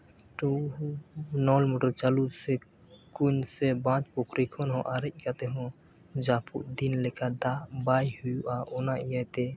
ᱱᱚᱞ ᱢᱩᱰᱩ ᱪᱟᱹᱞᱩ ᱥᱮ ᱠᱩᱧ ᱥᱮ ᱵᱟᱸᱫᱷ ᱯᱩᱠᱷᱨᱤ ᱠᱷᱚᱱ ᱦᱚᱸ ᱟᱨᱮᱡ ᱠᱟᱛᱮᱫ ᱦᱚᱸ ᱡᱟᱹᱯᱩᱫ ᱫᱤᱱ ᱞᱮᱠᱟ ᱫᱟᱜ ᱵᱟᱭ ᱦᱩᱭᱩᱜᱼᱟ ᱚᱱᱟ ᱤᱭᱟᱹ ᱛᱮ